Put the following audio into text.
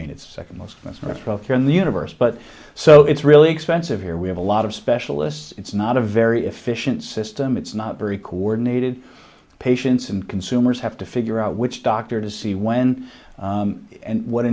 mean it's second most of us right here in the universe but so it's really expensive here we have a lot of specialists it's not a very efficient system it's not very coordinated patients and consumers have to figure out which doctor to see when and what